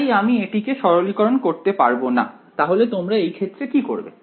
তাই আমি এটিকে সরলীকরণ করতে পারবোনা তাহলে তোমরা এই ক্ষেত্রে কি করবে